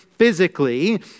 Physically